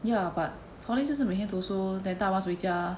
ya but poly 就是每天读书 then 搭 bus 回家